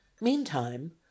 meantime